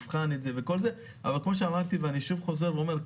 אבל כפי שאמרתי ואני שוב חוזר ואומר,